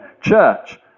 church